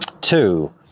Two